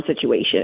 situation